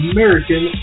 American